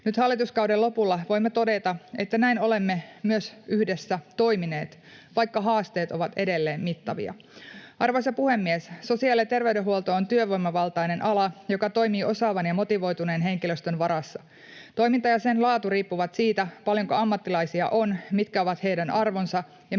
Nyt hallituskauden lopulla voimme todeta, että näin olemme myös yhdessä toimineet, vaikka haasteet ovat edelleen mittavia. Arvoisa puhemies! Sosiaali- ja terveydenhuolto on työvoimavaltainen ala, joka toimii osaavan ja motivoituneen henkilöstön varassa. Toiminta ja sen laatu riippuvat siitä, paljonko ammattilaisia on, mitkä ovat heidän arvonsa